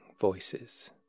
Voices